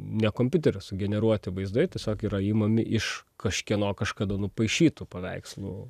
ne kompiuterio sugeneruoti vaizdai tiesiog yra imami iš kažkieno kažkada nupaišytų paveikslų